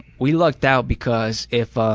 we lucked out because if